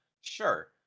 sure